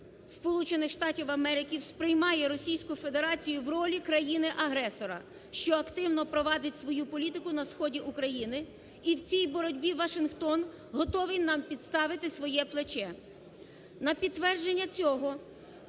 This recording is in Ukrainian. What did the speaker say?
сприймає Російську Федерацію в ролі країни-агресора, що активно провадить свою політику на сході України. І в цій боротьбі Вашингтон готовий нам підставити своє плече.